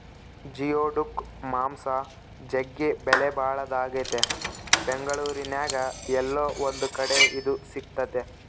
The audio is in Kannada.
ಜಿಯೋಡುಕ್ ಮಾಂಸ ಜಗ್ಗಿ ಬೆಲೆಬಾಳದಾಗೆತೆ ಬೆಂಗಳೂರಿನ್ಯಾಗ ಏಲ್ಲೊ ಒಂದು ಕಡೆ ಇದು ಸಿಕ್ತತೆ